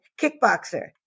kickboxer